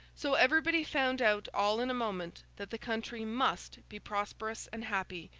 so, everybody found out all in a moment that the country must be prosperous and happy,